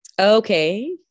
Okay